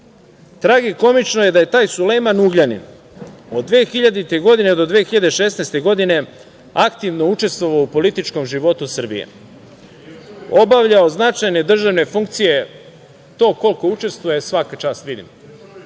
tragikomično je da je taj Sulejman Ugljanin od 2000. godine do 2016. godine aktivno učestvovao u političkom životu Srbije, obavljao značajne državne funkcije, u političkom životu Srbije,